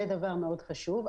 זה דבר מאוד חשוב.